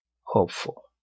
hopeful